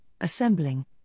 assembling